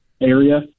area